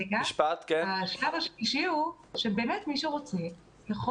השלב השלישי הוא שבאמת מי שרוצה יכול